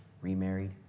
remarried